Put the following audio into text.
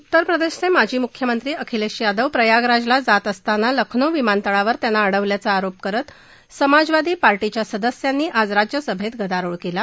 उत्तरप्रदेशाचे माजी मुख्यमंत्री अखिलेश यादव प्रयागराजला जात असताना लखनौ विमानतळावर त्यांना अडवल्याचा आरोप करत समाजवादी पार्टीच्या सदस्यांनी आज राज्यसभेत गदारोळ केला